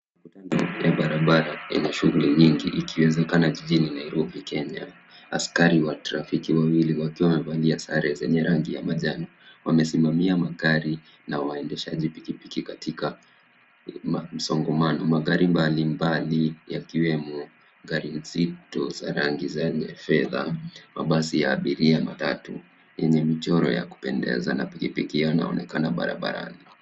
Barabara yenye shughuli nyingi, ikiwezekana jijini Nairobi Kenya. Askari wa trafiki wawili wakiwa wamevalia sare zenye rangi ya majani, wamesimamia magari na waendeshaji pikipiki katika msongamano. Magari mbalimbali yakiwemo gari nzito za rangi zenye fedha, mabasi ya abiria matatu yenye michoro ya kupendeza na pikipiki yanaonekana barabarani.